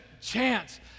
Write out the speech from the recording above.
chance